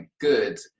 good